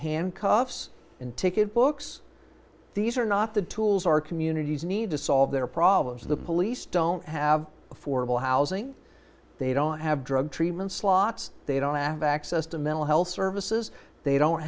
handcuffs and ticket books these are not the tools our communities need to solve their problems the police don't have affordable housing they don't have drug treatment slots they don't have access to mental health services they don't